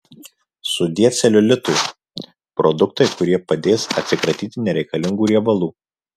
sudie celiulitui produktai kurie padės atsikratyti nereikalingų riebalų